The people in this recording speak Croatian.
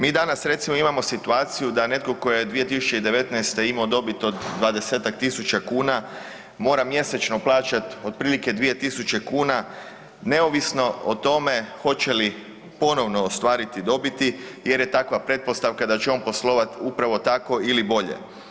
Mi danas recimo imamo situaciju da netko tko je 2019. imao dobit od 20-tak tisuća kuna mora mjesečno plaćat otprilike 2.000 kuna neovisno o tome hoće li ponovno ostvariti dobiti jer je takva pretpostavka da će on poslovati upravo tako ili bolje.